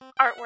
artwork